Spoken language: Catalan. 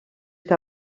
que